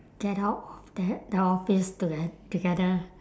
get out of that the office toget~ together